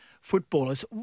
footballers